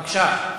בבקשה,